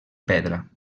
pedra